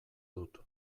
dut